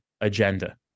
agenda